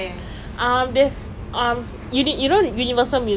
no no I mean once I know you I'll like talk non-stop lah